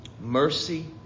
mercy